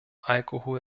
alkohol